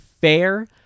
fair